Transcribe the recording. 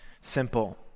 simple